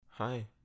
Hi